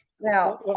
Now